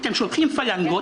אתם שולחים פלנגות,